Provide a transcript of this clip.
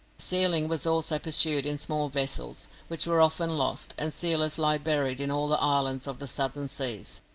sealing was also pursued in small vessels, which were often lost, and sealers lie buried in all the islands of the southern seas,